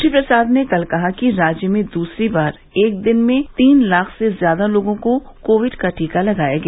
श्री प्रसाद ने कल कहा कि राज्य में दूसरी बार एक दिन में तीन लाख से ज्यादा लोगों को कोविड का टीका लगाया गया